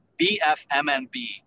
BFMNB